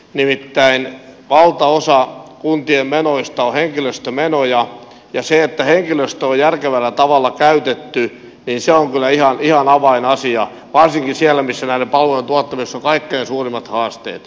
nimittäin valtaosa kuntien menoista on henkilöstömenoja ja se että henkilöstö on järkevällä tavalla käytetty on kyllä ihan avainasia varsinkin siellä missä näiden palveluiden tuottamisessa on kaikkein suurimmat haasteet